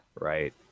right